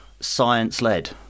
science-led